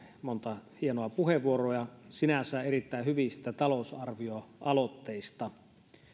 monta hienoa puheenvuoroa sinänsä erittäin hyvistä talousarvioaloitteista